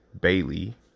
Bailey